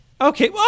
okay